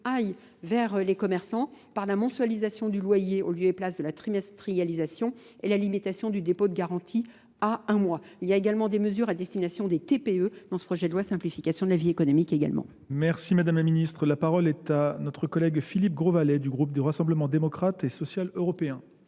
aillent vers les commerçants par la mensualisation du loyer au lieu et place de la trimestrialisation et la limitation du dépôt de garantie à un mois. Il y a également des mesures à destination des TPE dans ce projet de loi simplification de la vie économique également. Merci madame la ministre. La parole est à notre collègue Philippe Grosvalet du groupe du Rassemblement démocrate et social européen.